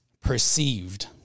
perceived